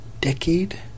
decade